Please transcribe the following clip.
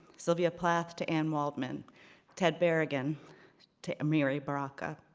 sylvia plath to anne waldman ted berrigan to amiri baraka.